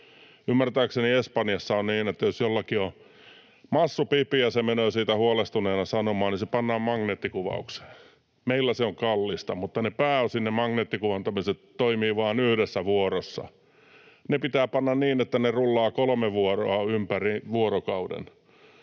Ymmärtääkseni Espanjassa on niin, että jos jollakin on massu pipi ja hän menee siitä huolestuneena sanomaan, niin hänet pannaan magneettikuvaukseen. Meillä se on kallista, mutta pääosin ne magneettikuvantamiset toimivat vain yhdessä vuorossa. Ne pitää panna niin, että ne rullaavat kolmea vuoroa ympäri vuorokauden.